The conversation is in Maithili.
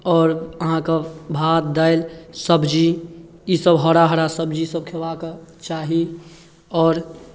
आओर अहाँकेँ भात दालि सब्जी ईसभ हरा हरा सब्जीसभ खयबाक चाही और